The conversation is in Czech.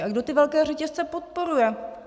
A kdo ty velké řetězce podporuje?